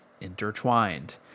intertwined